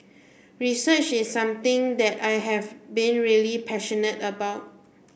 research is something that I have been really passionate about